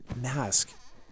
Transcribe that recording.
mask